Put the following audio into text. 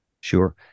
Sure